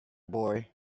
boy